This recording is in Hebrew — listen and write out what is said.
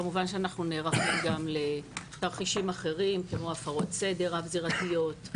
כמובן שאנחנו נערכים גם לתרחישים אחרים כמו הפרות סדר רב זירתיות,